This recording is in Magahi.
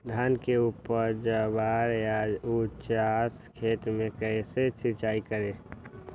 धान के ऊपरवार या उचास खेत मे कैसे सिंचाई करें?